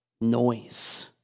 noise